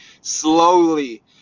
Slowly